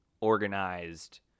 organized